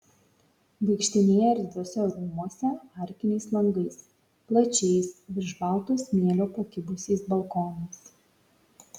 vaikštinėja erdviuose rūmuose arkiniais langais plačiais virš balto smėlio pakibusiais balkonais